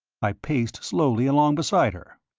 i paced slowly along beside her.